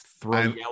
Throw